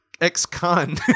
ex-con